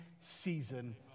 season